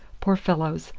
poor fellows,